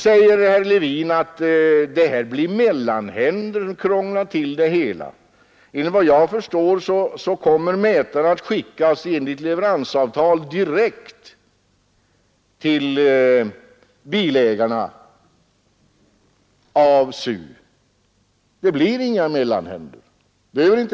Herr Levin krånglar till det hela och talar om att det blir mellanhänder. Enligt vad jag förstår kommer mätarna att enligt leveransavtal skickas av SU direkt till bilägarna. Det blir inga mellanhänder.